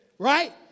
Right